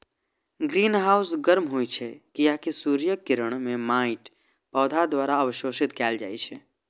greenhouse गर्म होइ छै, कियैकि सूर्यक किरण कें माटि, पौधा द्वारा अवशोषित कैल जाइ छै